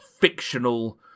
Fictional